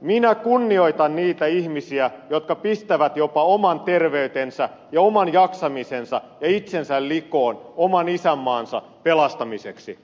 minä kunnioitan niitä ihmisiä jotka pistävät jopa oman terveytensä ja oman jaksamisensa ja itsensä likoon oman isänmaansa pelastamiseksi